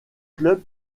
clubs